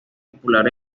popular